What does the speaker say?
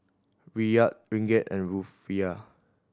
Riyal Ringgit and Rufiyaa